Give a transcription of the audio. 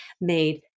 made